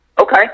Okay